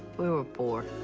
we were poor.